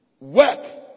Work